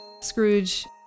Scrooge